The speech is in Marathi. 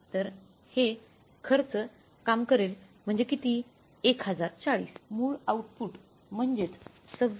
तर हे खर्च काम करेल म्हणजे किती १०४० मूळ आउटपुट म्हणजेच २६